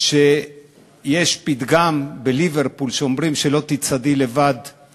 שיש בליברפול פתגם שאומר: "לא תצעדי לבד";